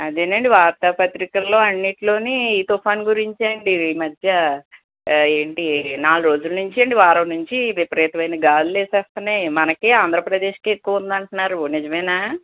అదేనండి వార్తా పత్రికల్లో అన్నిట్లోని ఈ తుఫాన్ గురించే అండి ఇది ఈ మధ్య ఏంటి నాలుగు రోజుల నుంచి అండి వారం నుంచి విపరీతమైన గాలులు వీసేస్తున్నాయి మనకే ఆంధ్రప్రదేశ్కే ఎక్కువ ఉంది అంటున్నారు నిజమేనా